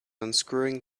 unscrewing